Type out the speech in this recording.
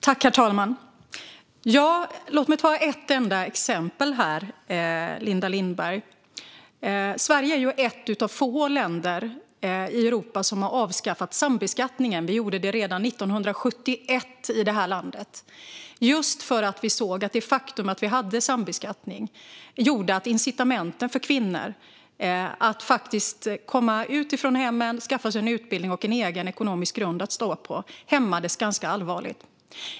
Herr talman! Låt mig ta ett enda exempel, Linda Lindberg. Sverige är ett av få länder i Europa som har avskaffat sambeskattningen. Vi gjorde det redan 1971, just för att vi såg att det faktum att vi hade sambeskattning gjorde att incitamenten för kvinnor att komma ut från hemmen och skaffa sig en utbildning och en egen ekonomisk grund att stå på hämmades ganska allvarligt.